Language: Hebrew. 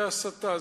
זו הסתה.